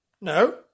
No